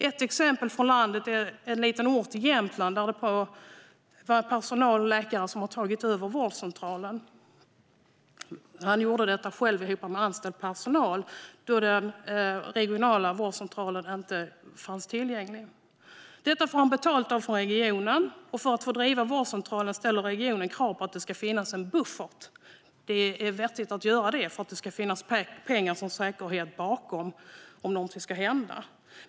Ett exempel från landet är en liten ort i Jämtland, där en läkare med hjälp av anställd personal har tagit över vårdcentralen då den regionala vårdcentralen inte fanns tillgänglig. Detta får läkaren betalt för av regionen. För att han ska få driva vårdcentralen ställer regionen krav på att det ska finnas en buffert. Det är vettigt att göra det för att det ska finnas pengar som säkerhet om något skulle hända.